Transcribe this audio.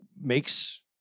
makes